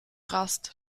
rast